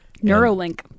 Neuralink